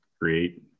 create